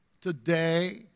Today